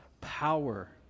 power